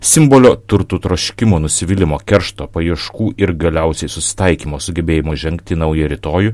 simbolio turtų troškimo nusivylimo keršto paieškų ir galiausiai susitaikymo sugebėjimo žengti į naują rytojų